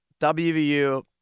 WVU